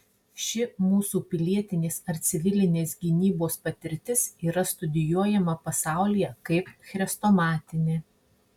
ši mūsų pilietinės ar civilinės gynybos patirtis yra studijuojama pasaulyje kaip chrestomatinė